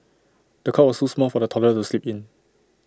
the cot was too small for the toddler to sleep in